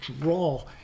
draw